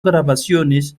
grabaciones